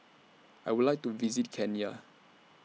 I Would like to visit Kenya